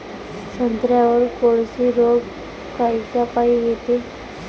संत्र्यावर कोळशी रोग कायच्यापाई येते?